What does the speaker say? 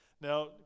Now